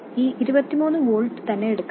ഈ 23 വോൾട്ട് തന്നെ എടുക്കാം